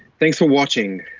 thanks for watching.